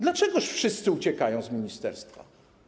Dlaczego wszyscy uciekają z ministerstwa?